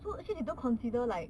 so actually they don't consider like